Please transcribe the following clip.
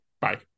Bye